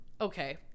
okay